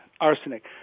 arsenic